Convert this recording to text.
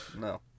No